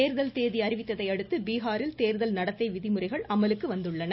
தேர்தல் தேதி அறிவித்ததையடுத்து பீகாரில் தேர்தல் நடத்தை விதிமுறைகள் அமலுக்கு வந்துள்ளன